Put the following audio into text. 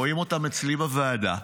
רואים אותן אצלי בוועדה,